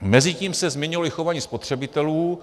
Mezitím se změnilo i chování spotřebitelů.